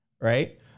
Right